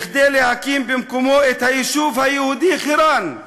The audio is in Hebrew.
כדי להקים במקומו את היישוב היהודי חירן.